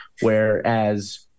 whereas